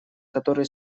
которые